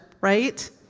right